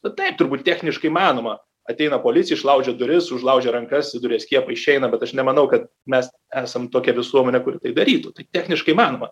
nu taip turbūt techniškai įmanoma ateina policija išlaužia duris užlaužia rankas įduria skiepą išeina bet aš nemanau kad mes esam tokia visuomenė kuri tik darytų tai techniškai įmanoma